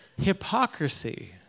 hypocrisy